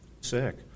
sick